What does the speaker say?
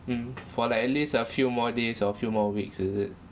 mm for like at least a few more days or a few more weeks is it